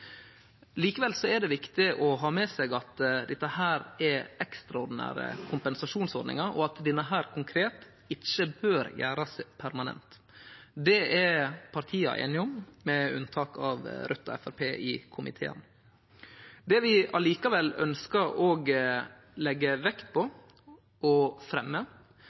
Likevel er det viktig å ha med seg at dette er ei ekstraordinær kompensasjonsordning, og at denne konkret ikkje bør gjerast permanent. Det er partia i komiteen, med unntak av Raudt og Framstegspartiet, einige om. Det vi likevel ønskjer å leggje vekt på og